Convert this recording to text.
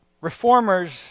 reformers